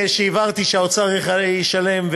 משהבהרתי שהאוצר ישלם,